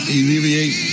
alleviate